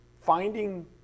finding